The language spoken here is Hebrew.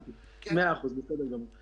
הבנתי, מאה אחוז, בסדר גמור.